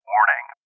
Warning